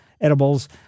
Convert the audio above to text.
edibles